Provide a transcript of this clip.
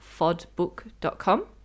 fodbook.com